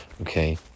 okay